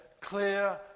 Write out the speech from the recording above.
clear